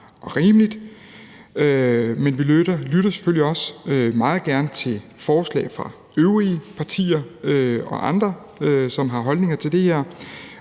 og rimeligt. Men vi lytter selvfølgelig også meget gerne til forslag fra øvrige partier og andre, som har holdninger til det her,